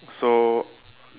so